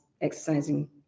exercising